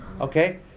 okay